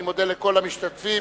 אני מודה לכל המשתתפים